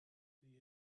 the